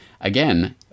again